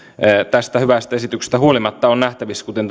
tästä hyvästä esityksestä huolimatta on nähtävissä kuten